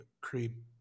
cream